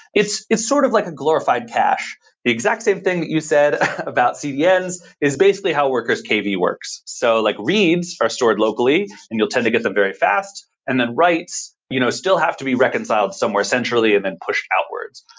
it's it's sort of like a glorified cache. the exact same thing that you said about cdns is basically how workers kv works. so, like reads are stored locally and you'll tend to get them very fast. and then writes you know still have to be reconciled somewhere centrally and then pushed outwards.